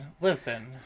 listen